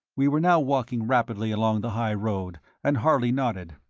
we were now walking rapidly along the high road, and harley nodded.